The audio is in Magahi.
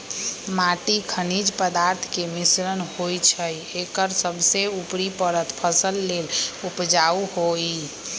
माटी खनिज पदार्थ के मिश्रण होइ छइ एकर सबसे उपरी परत फसल लेल उपजाऊ होहइ